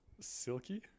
silky